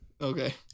okay